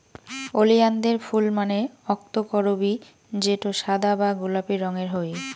ওলিয়ানদের ফুল মানে অক্তকরবী যেটো সাদা বা গোলাপি রঙের হই